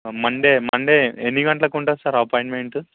Monday Monday ఎన్ని గంటలకు ఉంటుంది సార్ అప్పాయింట్మెంట్